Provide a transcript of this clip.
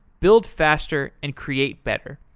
build faster and create better.